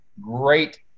great